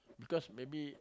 because maybe